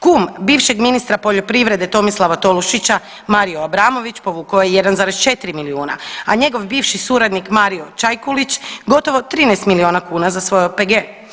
Kum bivšeg ministra poljoprivrede Tomislava Tolušića Mario Abramović povukao je 1,4 milijuna, a njegov bivši suradnik Mario Čajkulić gotovo 13 milijuna kuna za svoj OPG.